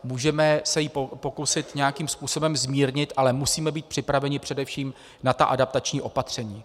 Můžeme se ji pokusit nějakým způsobem zmírnit, ale musíme být připraveni především na ta adaptační opatření.